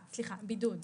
בידוד.